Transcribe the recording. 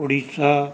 Orissa